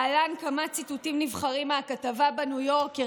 להלן כמה ציטוטים נבחרים מהכתבה בניו יורקר,